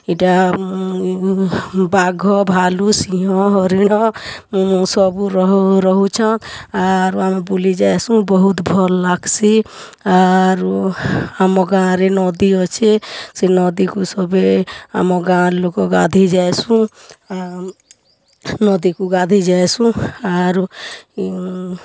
ଇ'ଟା ବାଘ ଭାଲୁ ସିଂହ ହରିଣ ସବୁ ରହୁଛନ୍ ଆର୍ ଆମେ ବୁଲି ଯାଏସୁଁ ବହୁତ୍ ଭଲ୍ ଲାଗ୍ସି ଆରୁ ଆମର୍ ଗାଁ'ରେ ନଦୀ ଅଛେ ସେ ନଦୀକେ ସଭେ ଆମ ଗାଁ'ର୍ ଲୋକ୍ ଗାଧି ଯାଏସୁଁ ଆରୁ ନଦୀକୁ ଗାଧେଇ ଯାଏସୁଁ ଆରୁ